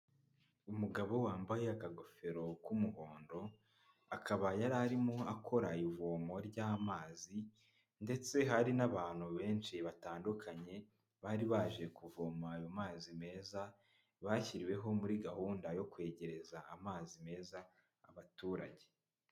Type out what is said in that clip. Umugabo wambaye akagofero k'umuhondo, akaba yari arimo akora ivomo ry'amazi ndetse hari na'abantu benshi batandukanye, bari baje kuvoma ayo mazi meza, bashyiriweho muri gahunda yo kwegereza amazi meza abaturage.